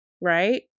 right